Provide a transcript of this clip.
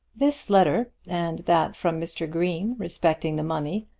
this letter, and that from mr. green respecting the money,